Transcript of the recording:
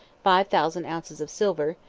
five thousand ounces of silver,